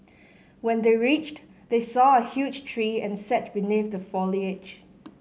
when they reached they saw a huge tree and sat beneath the foliage